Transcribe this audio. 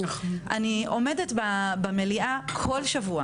אני עומדת במליאה כל שבוע